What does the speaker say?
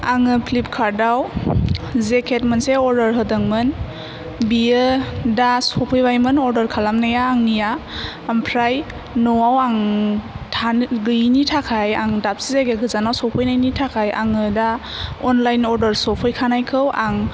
आङो फ्लिपकार्त आव जेखेथ मोनसे अर्दार होदोंमोन बियो दा सफैबायमोन अर्दार खालामनाया आंनिया ओमफ्राय न'आव आं थानो गैयिनि थाखाय आं दाबसे जायगा गोजानाव सफैनायनि थाखाय आङो दा अनलाइन अर्दार सफैखानायखौ आं